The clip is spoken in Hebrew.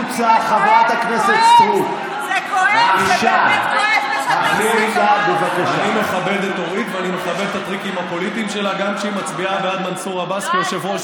ואז בוקר אחד מתעוררת אורית סטרוק ומצביעה בעד מנסור עבאס כיושב-ראש